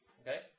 Okay